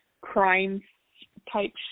crime-type